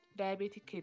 diabetic